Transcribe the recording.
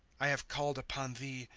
i have called upon thee,